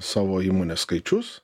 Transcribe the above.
savo įmonės skaičius